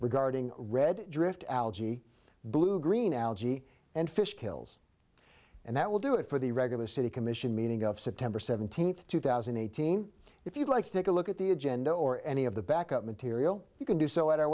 regarding red drift algae blue green algae and fish kills and that will do it for the regular city commission meeting of september seventeenth two thousand and eighteen if you'd like to take a look at the agenda or any of the back up material you can do so at our